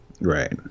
Right